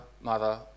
mother